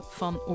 van